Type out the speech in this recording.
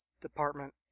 department